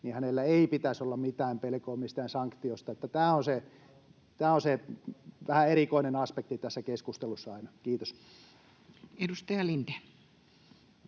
niin hänellä ei pitäisi olla mitään pelkoa mistään sanktiosta? [Ilmari Nurminen: Joo, mä vastaan!] Tämä on se vähän erikoinen aspekti tässä keskustelussa aina. — Kiitos. Edustaja Lindén.